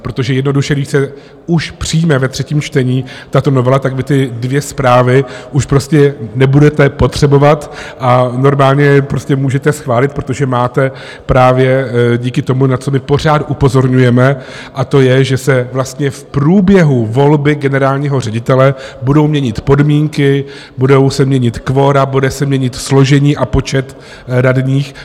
Protože jednoduše když se už přijme ve třetím čtení tato novela, tak vy ty dvě zprávy už nebudete potřebovat a normálně je prostě můžete schválit, protože máte právě díky tomu, na co my pořád upozorňujeme, a to je, že se vlastně v průběhu volby generálního ředitele budou měnit podmínky, budou se měnit kvora, bude se měnit složení a počet radních.